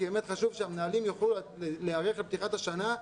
כי באמת חשוב שהמנהלים יוכלו להיערך לפתיחת השנה,